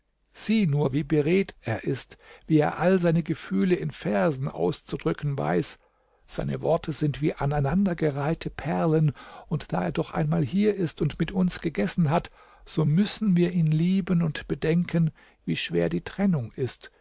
sieh nur wie beredt er ist wie er alle seine gefühle in versen auszudrücken weiß seine worte sind wie aneinandergereihte perlen und da er doch einmal hier ist und mit uns gegessen hat so müssen wir ihn lieben und bedenken wie schwer die trennung ist